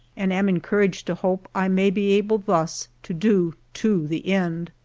and am encouraged to hope i may be able thus to do to the end.